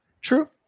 true